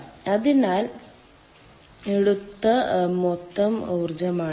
അതിനാൽ എടുത്ത മൊത്തം ഊർജ്ജമാണിത്